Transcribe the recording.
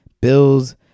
Bills